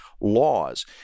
Laws